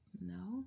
no